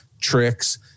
tricks